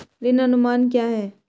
ऋण अनुमान क्या है?